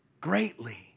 greatly